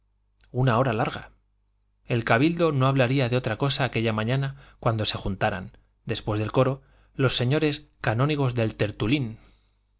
una hora larga el cabildo no hablaría de otra cosa aquella mañana cuando se juntaran después del coro los señores canónigos del tertulín